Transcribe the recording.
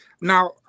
now